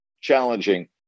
challenging